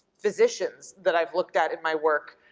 physicians that i've looked at in my work,